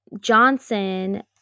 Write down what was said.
Johnson